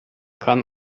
kann